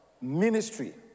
ministry